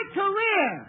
career